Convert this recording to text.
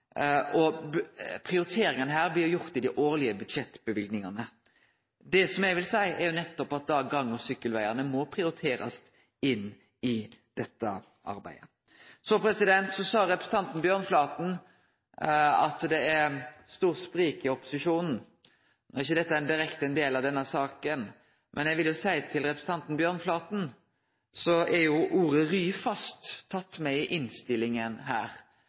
nettopp at gang- og sykkelvegane må prioriterast i dette arbeidet. Så sa representanten Bjørnflaten at det er eit stort sprik i opposisjonen. No er ikkje dette ein direkte del av denne saka, men eg vil seie til representanten Bjørnflaten at ordet «Ryfast» er teke med i innstillinga her.